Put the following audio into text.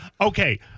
Okay